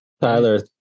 Tyler